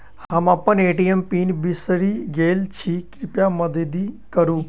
हम अप्पन ATM PIN बिसरि गेल छी कृपया मददि करू